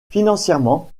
financièrement